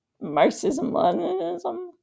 Marxism-Leninism